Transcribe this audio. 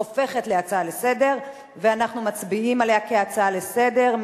הופכת להצעה לסדר-היום ואנחנו מצביעים עליה כהצעה לסדר-היום.